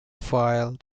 file